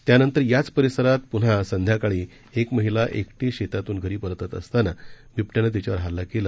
त्यानंतरयाचपरिसरातपुन्हासंध्याकाळीएकमहिलाएकटीशेतातूनघरीपरततअसतानाबिबटयानंतिच्यावरहल्लाकेला